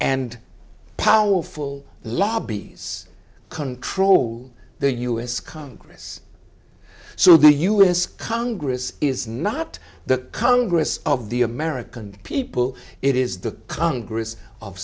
and powerful lobbies control the u s congress so the us congress is not the congress of the american people it is the congress of